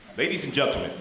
ladies and gentlemen,